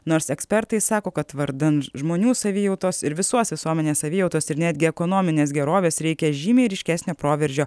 nors ekspertai sako kad vardan žmonių savijautos ir visos visuomenės savijautos ir netgi ekonominės gerovės reikia žymiai ryškesnio proveržio